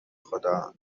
خدا